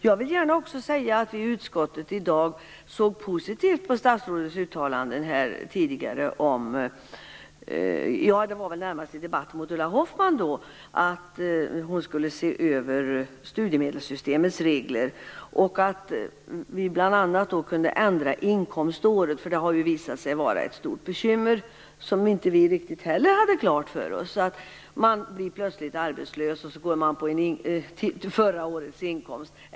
Jag vill också gärna säga att vi i utskottet i dag såg positivt på statsrådets uttalande i den tidigare debatten med Ulla Hoffmann om att hon skall se över studiemedelssystemets regler och att bl.a. inkomståret kan ändras, vilket har visat sig vara ett stort bekymmer som inte heller vi hade riktigt klart för oss. Man blir plötsligt arbetslös. Underlaget blir då förra årets inkomst.